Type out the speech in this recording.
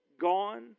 gone